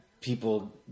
people